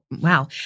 wow